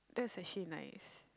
that's actually nice